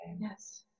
yes